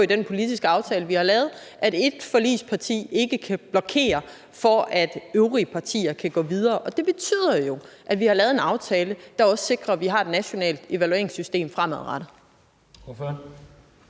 i den politiske aftale, vi har lavet, givet hinanden håndslag på, at et forligsparti ikke kan blokere for, at øvrige partier kan gå videre. Og det betyder jo, at vi har lavet en aftale, der også sikrer, at vi har et nationalt evalueringssystem fremadrettet.